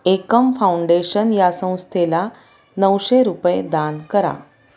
एकम foundation या संस्थेला नऊशे रुपये दान करा